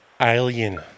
alien